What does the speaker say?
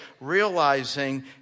Realizing